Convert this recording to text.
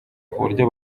kuburyo